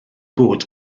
bod